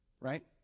Right